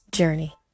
journey